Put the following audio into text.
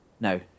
No